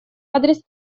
адрес